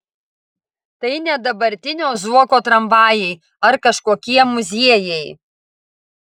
tai ne dabartinio zuoko tramvajai ar kažkokie muziejai